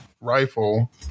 rifle